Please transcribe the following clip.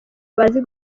bazi